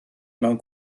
mewn